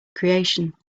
creation